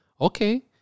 Okay